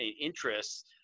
interests